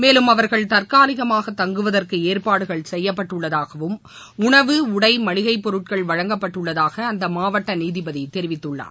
மேலும் அவர்கள் தற்காலிகமாக தங்குவதற்கு ஏற்பாடுகள் செய்யப்பட்டுள்ளதாகவும் உணவு உடை மளிகைப் பொருட்கள் வழங்கப்பட்டுள்ளதாக அந்த மாவட்ட நீதிபதி தெரிவித்துள்ளார்